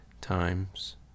times